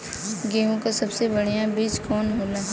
गेहूँक सबसे बढ़िया बिज कवन होला?